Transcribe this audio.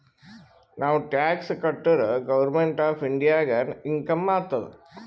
ನಾವ್ ಟ್ಯಾಕ್ಸ್ ಕಟುರ್ government of ಇಂಡಿಯಾಗ ಇನ್ಕಮ್ ಆತ್ತುದ್